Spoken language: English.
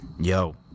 Yo